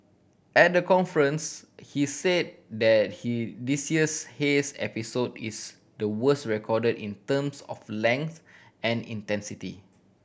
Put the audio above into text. at the conference he say that he this year's haze episode is the worse recorded in terms of length and intensity